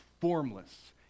formless